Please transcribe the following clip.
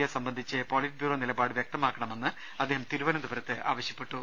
A സംബന്ധിച്ച് politburo നിലപാട് വൃക്തമാക്ക ണമെന്ന് അദ്ദേഹം തിരുവനന്തപുരത്ത് ആവശ്യപ്പെട്ടു